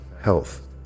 health